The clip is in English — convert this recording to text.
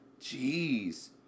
Jeez